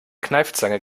kneifzange